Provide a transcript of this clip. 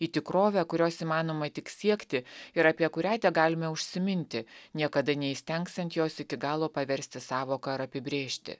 į tikrovę kurios įmanoma tik siekti ir apie kurią tegalime užsiminti niekada neįstengsiant jos iki galo paversti sąvoka ar apibrėžti